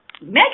Megan